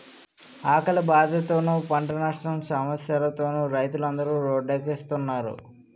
ఆకలి బాధలతోనూ, పంటనట్టం సమస్యలతోనూ రైతులందరు రోడ్డెక్కుస్తున్నారు